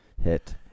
hit